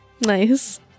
Nice